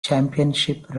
championship